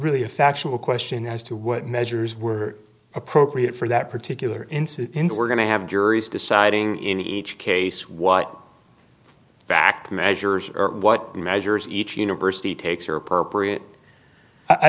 really a factual question as to what measures were appropriate for that particular incidence we're going to have juries deciding in each case what fact measures or what measures each university takes are appropriate i